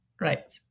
Right